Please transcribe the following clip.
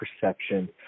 perception